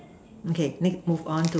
okay next move on to the